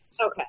Okay